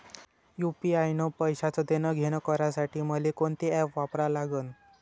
UPI न पैशाचं देणंघेणं करासाठी मले कोनते ॲप वापरा लागन?